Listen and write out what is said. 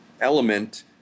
element